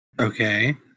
Okay